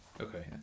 Okay